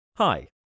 Hi